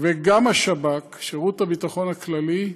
וגם השב"כ, שירות הביטחון הכללי,